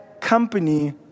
company